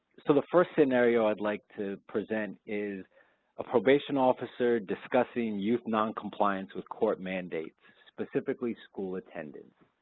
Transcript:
so the first scenario i'd like to present is a probation officer discussing youth noncompliance with court mandates, specifically school attendance.